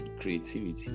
creativity